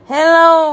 Hello